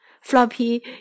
Floppy